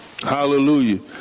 Hallelujah